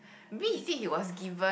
maybe he said he was given